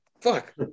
fuck